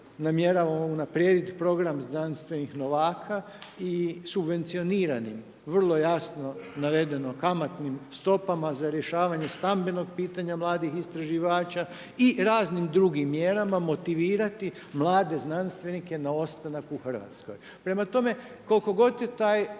namjerava unaprijediti program znanstvenih novaka i subvencioniranim vrlo jasno navedenim kamatnim stopama za rješavanje stambenog pitanja mladih istraživača i raznim drugim mjerama motivirati mlade znanstvenike na ostanak u Hrvatskoj. Prema tome koliko god je taj